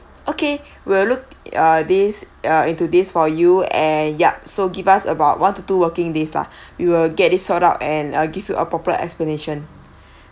okay we'll look uh this uh into this for you and yup so give us about one to two working days lah we will get it sort out and I'll give you appropriate explanation